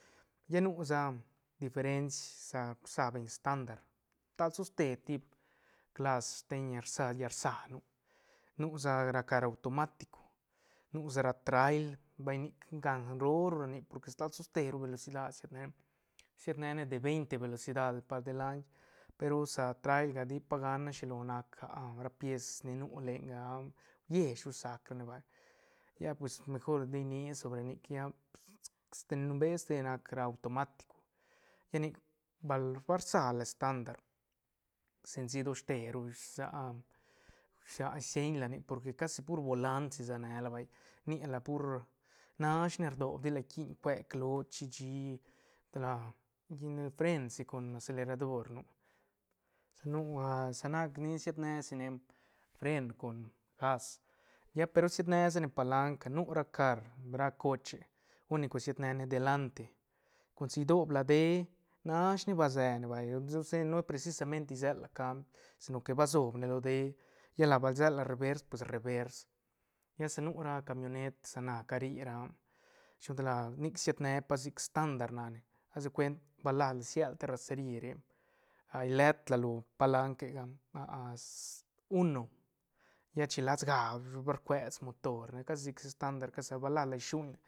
Lla nu sa diferens sa rsa beñ estandar stal toste tip clas sten rsa llal rsa nu- nu sa ra car automatico nu sa ra trail vay nic ngan roo ru nic porque stal soste ru velocida siet ne siet ne ne de veint velocida par de laiñ pe ru sa traiga di pa gana shilo nac ra pies ni nu lenga ah uies ru sac ra ne vay lla pues mejor ti nia sobre nic lla numbea ste nac ra automatico lla nic bal ba rsa ra estandar sensi dosh teru ish sieñ la nic porque casi pur boland si se ne la vay ni la pur nash ne rdoob ti kin cue cloch shi- shi gin frensi con acelerador nu sa nu a sa nac nia siet ne si ne fren con gas lla pe ru siet ne sa ne pa lanc nu ra car ra coche lo unico siet ne ne delante con si ideopla de nash ne ba sene vay ose no presisa mente isela cambi si no que ba soob ne lo de lla na bal rsel la revers pues revers lla sa nu ra camionet sa na cari ra ah shi lo gan tal la nic sied ne pa sic estandar nac ne as de cuent las la siedla terraceri re a iletla lo palanquega uno lla chilas ga shuñ va rcues motor ne casi sic estandar ca sa ba las la shuñla.